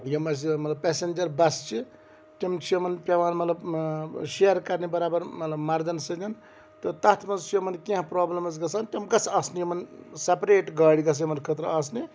یِم اَسہِ مطلب پٮ۪سَنجَر بَسہٕ چھِ تِم چھِ یِمَن پٮ۪وان مطلب شیر کَرنہِ برابر مطلب مردَن سۭتۍ تہٕ تَتھ منٛز چھُ یِمَن کینٛہہ پرٛابلِمٕز گژھان تِم گژھٕ آسنہِ یِمَن سَپریٹ گاڑِ گژھٕ یِمَن خٲطرٕ آسنہِ